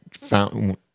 found